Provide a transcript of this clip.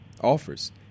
offers